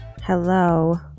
Hello